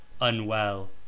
unwell